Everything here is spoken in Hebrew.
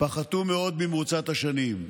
פחתו מאוד במרוצת השנים.